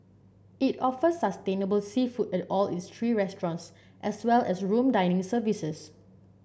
it offers sustainable seafood at all its three restaurants as well as room dining services